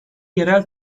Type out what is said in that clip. yerel